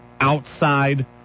outside